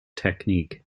technique